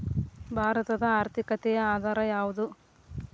ಭಾರತದ ಆರ್ಥಿಕತೆಯ ಆಧಾರ ಯಾವುದು?